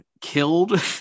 killed